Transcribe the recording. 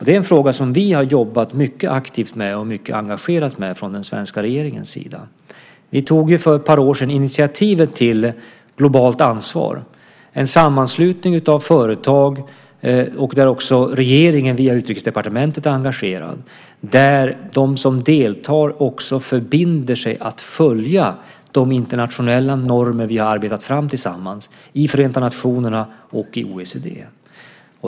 Det är en fråga som vi har jobbat mycket aktivt och engagerat med från den svenska regeringens sida. Vi tog för ett par år sedan initiativet till Globalt Ansvar, en sammanslutning av företag där också regeringen via Utrikesdepartementet är engagerad. De som deltar där förbinder sig att följa de internationella normer vi har arbetat fram tillsammans i Förenta nationerna och i OECD.